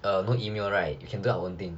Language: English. err no email right you can do your own thing